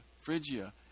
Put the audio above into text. Phrygia